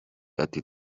ati